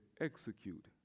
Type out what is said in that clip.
execute